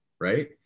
right